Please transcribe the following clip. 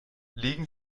legen